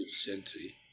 century